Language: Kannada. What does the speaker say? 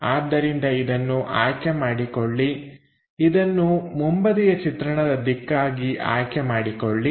ಆದ್ದರಿಂದ ಇದನ್ನು ಆಯ್ಕೆ ಮಾಡಿಕೊಳ್ಳಿ ಇದನ್ನು ಮುಂಬದಿಯ ಚಿತ್ರಣದ ದಿಕ್ಕಾಗಿ ಆಯ್ಕೆ ಮಾಡಿಕೊಳ್ಳಿ